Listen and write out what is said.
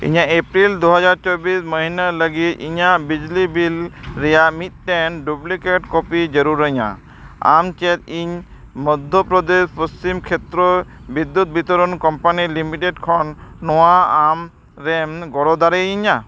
ᱤᱧᱟᱹᱜ ᱮᱯᱨᱤᱞ ᱫᱩ ᱦᱟᱡᱟᱨ ᱪᱚᱵᱵᱤᱥ ᱢᱟᱹᱦᱱᱟᱹ ᱞᱟᱹᱜᱤᱫ ᱤᱧᱟᱹᱜ ᱵᱤᱡᱽᱞᱤ ᱵᱤᱞ ᱨᱮᱱᱟᱜ ᱢᱤᱫᱴᱮᱱ ᱰᱩᱯᱞᱤᱠᱮᱴ ᱠᱚᱯᱤ ᱡᱟᱹᱨᱩᱲᱟᱹᱧᱟᱹ ᱟᱢ ᱪᱮᱫ ᱤᱧ ᱢᱚᱫᱽᱫᱷᱚᱯᱨᱚᱫᱮᱥ ᱯᱚᱥᱪᱷᱤᱢ ᱠᱷᱮᱛᱨᱚ ᱵᱤᱫᱽᱫᱩᱛ ᱵᱤᱛᱚᱨᱚᱱ ᱠᱳᱢᱯᱟᱱᱤ ᱞᱤᱢᱤᱴᱮᱰ ᱠᱷᱚᱱ ᱱᱚᱣᱟ ᱟᱢᱮᱢ ᱜᱚᱲᱚ ᱫᱟᱲᱮᱭᱟᱹᱧᱟᱹ